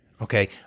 Okay